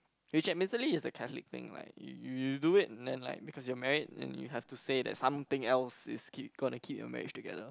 which is mentally is the Catholic thing like you you do it then like because you are married and you have to say that something else is keep gonna keep your marriage together